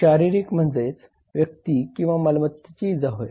शारीरिक व्यक्ती किंवा मालमत्तेला इजा होय